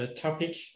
topic